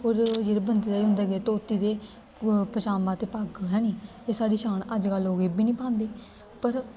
और जेह्ड़े बंदे दा उं'दा केह् धोती ते पजामा ते पग्ग है निं एह् साढ़ी शान अजकल्ल लोग एह् बी निं पांदे पर